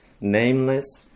nameless